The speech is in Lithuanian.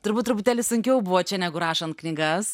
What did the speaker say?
turbūt truputėlį sunkiau buvo čia negu rašant knygas